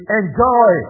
enjoy